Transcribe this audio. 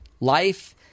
Life